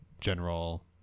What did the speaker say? general